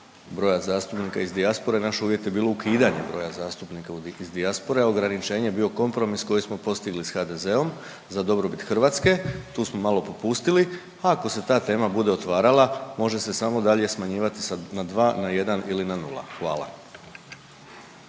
broja zastupnika iz dijaspore, naš uvjet je bilo ukidanje broja zastupnika iz dijaspore, a ograničenje je bio kompromis koji smo postigli s HDZ-om za dobrobit Hrvatske, tu smo malo popustili. A ako se ta tema bude otvarala može se samo dalje smanjivati sa na dva, na jedan ili na nula. Hvala.